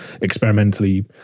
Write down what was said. experimentally